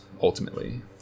ultimately